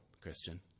Christian